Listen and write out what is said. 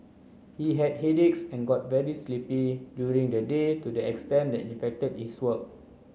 he had headaches and got very sleepy during the day to the extent that it affected his work